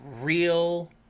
real